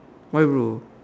why bro